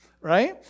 right